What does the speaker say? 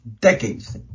decades